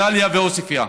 דאליה ועוספייא,